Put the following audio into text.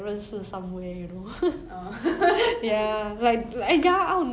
I mean the world so small 每每个人都 kind of 认识 each other hor